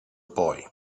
boy